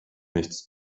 nichts